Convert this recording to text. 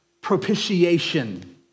propitiation